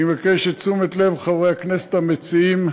אני מבקש את תשומת לב חברי הכנסת המציעים.